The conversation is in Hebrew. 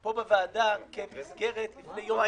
פה בוועדה כמסגרת לפני יום וחצי.